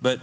but